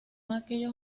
aquellos